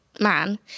man